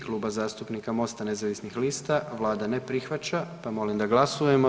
Kluba zastupnika MOST-a nezavisnih lista, Vlada ne prihvaća pa molim da glasujemo.